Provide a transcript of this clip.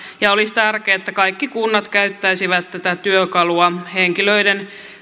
ja olisi tärkeää että kaikki kunnat käyttäisivät tätä työkalua henkilöiden